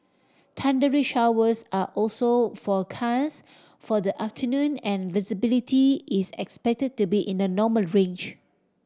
thundery showers are also forecast for the afternoon and visibility is expected to be in the normal range